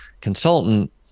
consultant